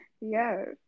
Yes